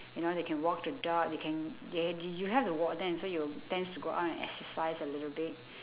you know they can walk the dog they can they you have to walk them so you tends to go out and exercise a little bit